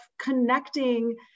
connecting